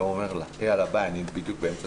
גם החוק של אתמול לא היה עובר ב-23:30 בלילה מוועדת החוקה.